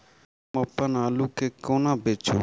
हम अप्पन आलु केँ कोना बेचू?